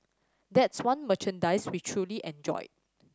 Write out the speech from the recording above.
that's one merchandise we truly enjoyed